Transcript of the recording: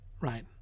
right